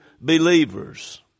believers